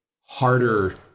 harder